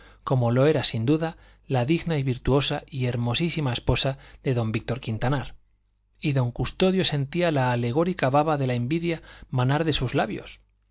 como lo era sin duda la digna y virtuosa y hermosísima esposa de don víctor quintanar y don custodio sentía la alegórica baba de la envidia manar de sus labios